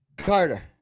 Carter